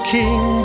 king